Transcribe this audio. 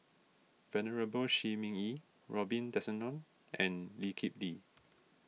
Venerable Shi Ming Yi Robin Tessensohn and Lee Kip Lee